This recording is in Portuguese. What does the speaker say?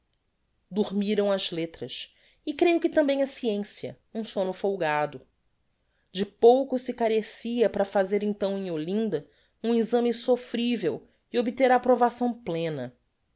dormiram as lettras e creio que tambem a sciencia um somno folgado de pouco se carecia para fazer então em olinda um exame soffrivel e obter a approvação plena